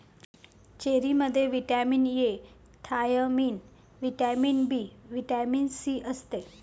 चेरीमध्ये vitamin A, thiamine, vitamin B, vitamin C असते